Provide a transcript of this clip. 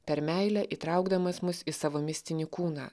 per meilę įtraukdamas mus į savo mistinį kūną